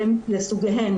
לסוגיהן.